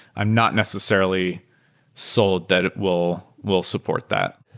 i'm not necessarily sold that it will will support that.